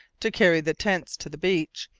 to carry the tents to the beach,